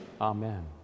Amen